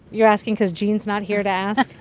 you're asking cause gene's not here to ask?